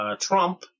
Trump